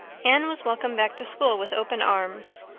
anne was welcomed back to school with open arms.